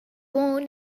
born